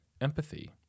empathy